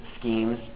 schemes